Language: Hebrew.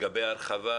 לגבי הרחבה,